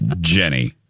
Jenny